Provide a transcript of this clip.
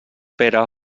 pere